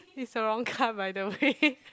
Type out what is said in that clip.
it's a wrong car by the way